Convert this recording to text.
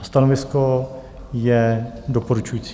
Stanovisko je doporučující.